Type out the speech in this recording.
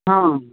हँ